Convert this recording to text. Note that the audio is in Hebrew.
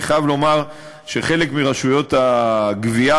אני חייב לומר שחלק מרשויות הגבייה